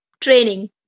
training